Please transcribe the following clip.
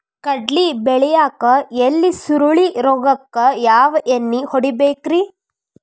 ಕಡ್ಲಿ ಬೆಳಿಯಾಗ ಎಲಿ ಸುರುಳಿ ರೋಗಕ್ಕ ಯಾವ ಎಣ್ಣಿ ಹೊಡಿಬೇಕ್ರೇ?